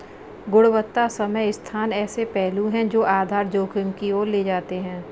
गुणवत्ता समय स्थान ऐसे पहलू हैं जो आधार जोखिम की ओर ले जाते हैं